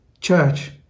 church